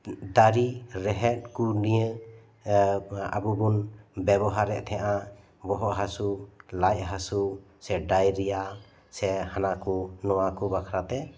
ᱫᱟᱨᱮ ᱨᱮᱦᱮᱫ ᱠᱚ ᱱᱤᱭᱟᱹ ᱟᱵᱩ ᱵᱚᱱ ᱵᱮᱵᱚᱦᱟᱨᱮᱫ ᱛᱟᱦᱮᱸᱜᱼᱟ ᱵᱚᱦᱚᱜ ᱦᱟᱹᱥᱩ ᱞᱟᱡ ᱦᱟᱥᱩ ᱥᱮ ᱰᱟᱭᱨᱤᱭᱟ ᱥᱮ ᱦᱟᱱᱟ ᱠᱩ ᱱᱚᱭᱟ ᱠᱩ ᱵᱟᱠᱷᱟᱨᱟ ᱛᱮ